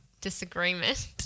Disagreement